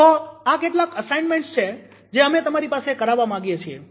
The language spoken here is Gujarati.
તો આ કેટલાક અસાઇનમેન્ટસ છે જે અમે તમારી પાસે કરાવવા માંગીએ છીએ